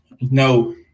no